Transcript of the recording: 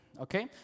okay